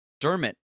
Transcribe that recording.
Dermot